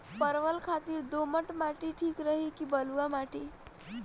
परवल खातिर दोमट माटी ठीक रही कि बलुआ माटी?